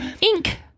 ink